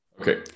Okay